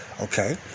Okay